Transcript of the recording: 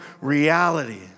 reality